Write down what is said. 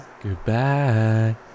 Goodbye